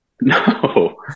No